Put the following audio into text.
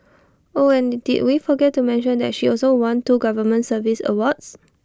oh and did we forget to mention that she also won two government service awards